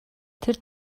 тэр